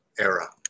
era